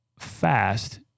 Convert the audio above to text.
fast